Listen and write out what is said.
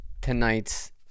tonight's